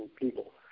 people